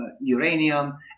uranium